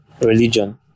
religion